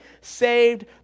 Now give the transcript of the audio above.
saved